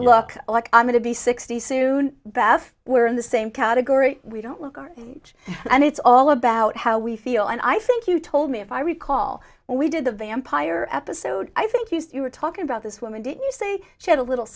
look like i'm going to be sixty soon beth where in the same category we don't look are huge and it's all about how we feel and i think you told me if i recall when we did the vampire episode i think you were talking about this woman did you say she had a little